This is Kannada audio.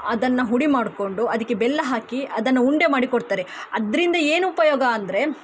ಅದನ್ನು ಹುಡಿ ಮಾಡಿಕೊಂಡು ಅದಕ್ಕೆ ಬೆಲ್ಲ ಹಾಕಿ ಅದನ್ನು ಉಂಡೆ ಮಾಡಿ ಕೊಡ್ತಾರೆ ಅದರಿಂದ ಏನು ಉಪಯೋಗ ಅಂದರೆ